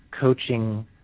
coaching